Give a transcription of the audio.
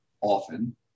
Often